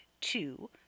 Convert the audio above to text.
two